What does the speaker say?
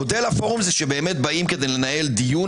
מודל הפורום זה באמת כשבאים לנהל דיון